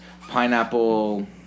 Pineapple